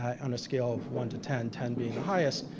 on a scale of one to ten, ten being the highest,